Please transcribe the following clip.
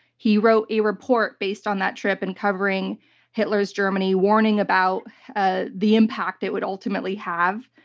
he wrote a report based on that trip and covering hitler's germany, warning about ah the impact it would ultimately have.